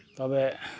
ᱛᱚᱵᱮ